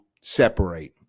separate